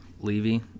Levy